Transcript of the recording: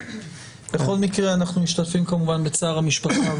בכל מקרה, אנחנו משתתפים כמובן בצער המשפחה.